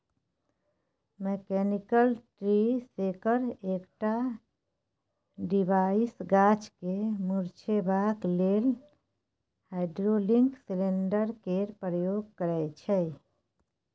mechanical tree shaker एकटा device गाछ केँ मुरझेबाक लेल हाइड्रोलिक सिलेंडर केर प्रयोग करय छै